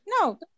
No